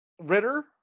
Ritter